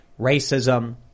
racism